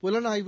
புலனாய்வு